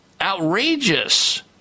Outrageous